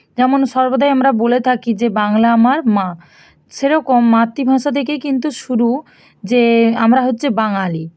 যেমন সর্বদাই আমরা বলে থাকি যে বাংলা আমার মা সেরকম মাতৃভাষা থেকেই কিন্তু শুরু যে আমরা হচ্ছে বাঙালি